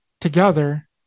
together